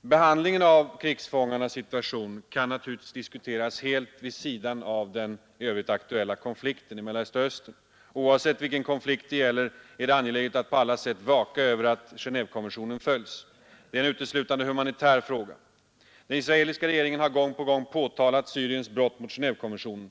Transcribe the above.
Behandlingen av krigsfångar kan diskuteras helt vid sidan av den aktuella konflikten i Mellersta Östern. Oavsett vilken konflikt det gäller är det angeläget att på alla sätt vaka över att Genåvekonventionen följs. Det är en uteslutande humanitär fråga. Den israeliska regeringen har gång på gång påtalat Syriens brott mot Gené&vekonventionen.